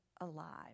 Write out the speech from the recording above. alive